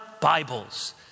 Bibles